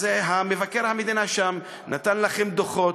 אז מבקר המדינה שם נתן לכם דוחות.